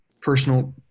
personal